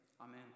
Amen